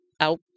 out